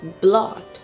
blood